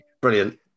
Brilliant